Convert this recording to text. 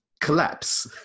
collapse